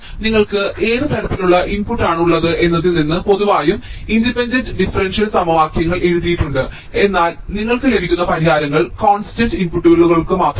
നിങ്ങൾക്ക് ഏത് തരത്തിലുള്ള ഇൻപുട്ടാണ് ഉള്ളത് എന്നതിൽ നിന്ന് പൊതുവായതും ഇൻഡിപെൻഡന്റ് ഡിഫറൻഷ്യൽ സമവാക്യങ്ങൾ എഴുതിയിട്ടുണ്ട് എന്നാൽ ഞങ്ങൾക്ക് ലഭിക്കുന്ന പരിഹാരങ്ങൾ കോൺസ്റ്റന്റ് ഇൻപുട്ടുകൾക്ക് മാത്രമാണ്